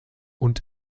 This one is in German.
und